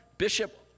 Bishop